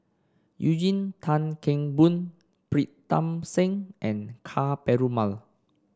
Eugene Tan Kheng Boon Pritam Singh and Ka Perumal